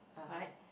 right